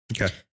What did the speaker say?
okay